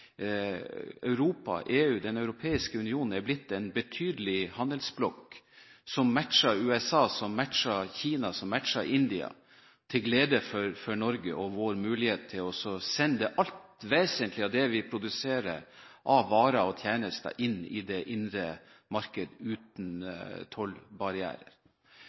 Europa, EU – Den europeiske union – er blitt en betydelig handelsblokk, som matcher USA, som matcher Kina, som matcher India, til glede for Norge og vår mulighet til å sende det alt vesentlige av det vi produserer av varer og tjenester, inn i det indre marked, uten